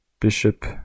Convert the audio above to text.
Bishop